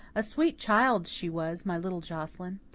a sweet child she was, my little joscelyn!